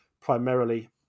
primarily